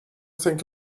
think